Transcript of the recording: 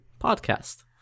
podcast